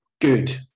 Good